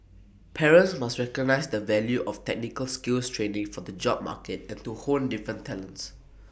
parents must recognise the value of technical skills training for the job market and to hone different talents